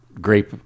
Grape